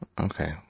Okay